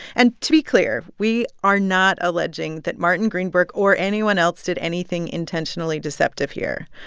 and to be clear, we are not alleging that martin greenberg or anyone else did anything intentionally deceptive here.